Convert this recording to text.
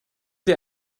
dir